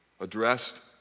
addressed